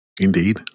Indeed